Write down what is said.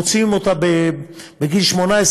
מוציאים אותה בגיל 18,